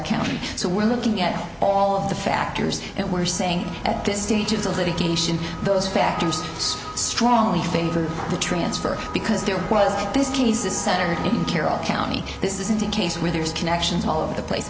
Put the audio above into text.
county so we're looking at all of the factors and we're saying at this stage is a litigation those factors strongly favor the transfer because there was this case this center didn't care at county this isn't a case where there's connections all over the place